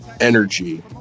energy